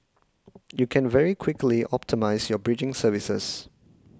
you can very quickly optimise your bridging services